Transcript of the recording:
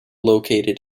located